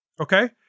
Okay